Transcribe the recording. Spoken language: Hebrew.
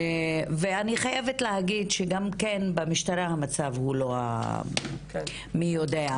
ואני חייבת להגיד שגם כן במשטרת ישראל המצב הוא לא מי יודע מה.